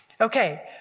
Okay